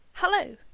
Hello